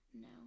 No